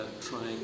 trying